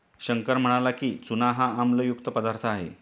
शंकर म्हणाला की, चूना हा आम्लयुक्त पदार्थ आहे